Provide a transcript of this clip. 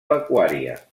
pecuària